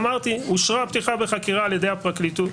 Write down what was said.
אמרתי שאושרה פתיחה בחקירה על ידי הפרקליטות.